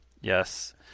Yes